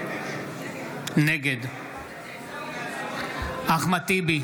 נגד אחמד טיבי,